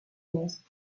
més